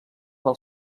del